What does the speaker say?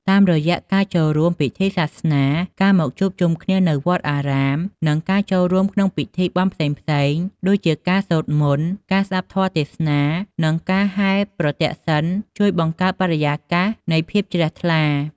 តាមរយៈការចូលរួមពិធីសាសនា ការមកជួបជុំគ្នានៅវត្តអារាម និងការចូលរួមក្នុងពិធីបុណ្យផ្សេងៗ ដូចជាការសូត្រមន្ត ការស្ដាប់ធម៌ទេសនា និងការហែរប្រទក្សិណ ជួយបង្កើតបរិយាកាសនៃភាពជ្រះថ្លា។